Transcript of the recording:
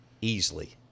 easily